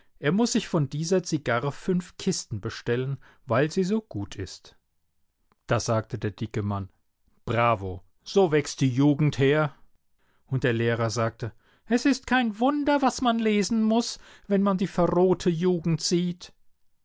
er muß sich von dieser zigarre fünf kisten bestellen weil sie so gut ist da sagte der dicke mann bravo so wachst die jugend her und der lehrer sagte es ist kein wunder was man lesen muß wenn man die verrohte jugend sieht